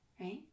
right